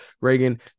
Reagan